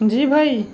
جی بھائی